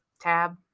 tab